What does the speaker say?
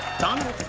donald,